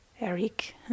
Eric